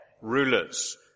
rulers